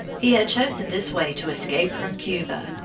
he had chosen this way to escape from cuba,